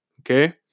Okay